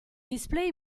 display